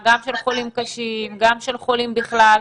חבר הכנסת יואל רזבוזוב, בבקשה.